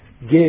give